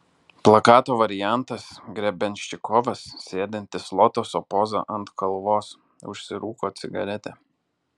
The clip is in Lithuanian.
plakato variantas grebenščikovas sėdintis lotoso poza ant kalvos užsirūko cigaretę